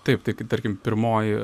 taip tik tarkim pirmoji